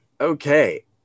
Okay